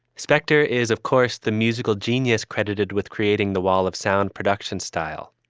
spector is, of course, the musical genius credited with creating the wall of sound production style,